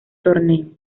torneo